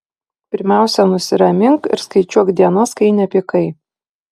pirmiausia nusiramink ir skaičiuok dienas kai nepykai